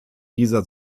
dieser